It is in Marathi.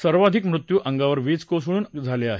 सर्वाधिक मृत्यू अंगांवर वीज कोसळून झाले आहेत